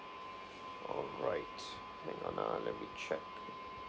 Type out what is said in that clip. all right hold on ah let me check